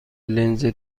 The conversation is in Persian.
لنز